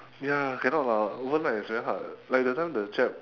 ya cannot lah overnight it's very hard like that time the jap